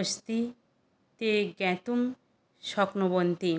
अस्ति ते ज्ञातुं शक्नुवन्ति